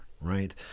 right